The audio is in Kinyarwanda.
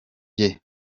jye